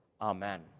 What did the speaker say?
Amen